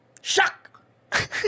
shock